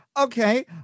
okay